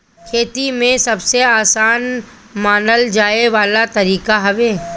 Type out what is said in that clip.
खेती में सबसे आसान मानल जाए वाला तरीका हवे